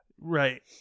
Right